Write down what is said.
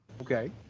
Okay